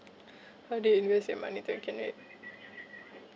how do you invest your money to accumulate